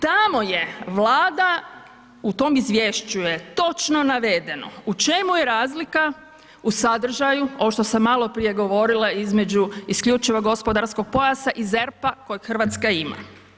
Tamo je Vlada, u tom izvješću je točno navedeno u čemu je razlika u sadržaju, ovo što sam maloprije govorila između isključivog gospodarskog pojasa i ZERP-a kojeg Hrvatska ima.